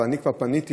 ואני כבר פניתי,